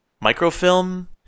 microfilm